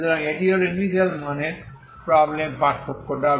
সুতরাং এটিই হল ইনিশিয়াল মানের প্রব্লেম পার্থক্য w